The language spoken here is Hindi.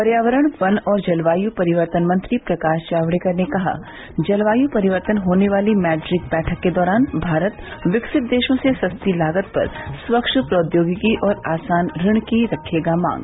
पर्यावरण वन और जलवायु परिवर्तन मंत्री प्रकाश जावड़ेकर ने कहा जलवायु परिवर्तन पर होने वाली मैड्रिड बैठक के दौरान भारत विकसित देशों से सस्ती लागत पर स्वच्छ प्रौद्योगिकी और आसान ऋण की रखेगा मांग